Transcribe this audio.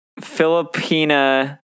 filipina